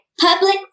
public